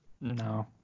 No